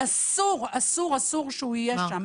שאסור שיהיו שם,